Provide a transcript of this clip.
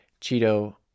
Cheeto